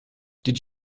did